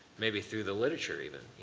maybe through the literature, even,